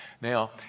Now